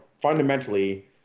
fundamentally